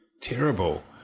terrible